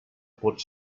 pot